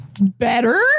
Better